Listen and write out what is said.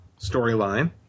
storyline